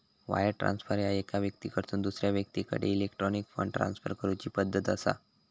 wire transfer ह्या एका व्यक्तीकडसून दुसरा व्यक्तीकडे इलेक्ट्रॉनिक फंड ट्रान्सफर करूची पद्धत असा